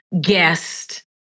guest